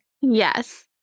Yes